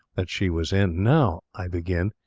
that she was in. now i begin,